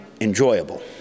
enjoyable